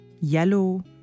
yellow